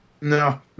No